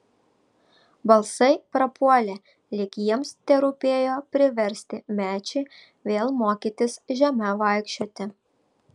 balsai prapuolė lyg jiems terūpėjo priversti mečį vėl mokytis žeme vaikščioti